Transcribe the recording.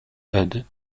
eudes